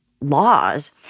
laws